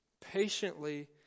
patiently